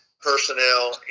personnel